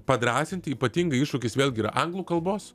padrąsinti ypatingai iššūkis vėlgi yra anglų kalbos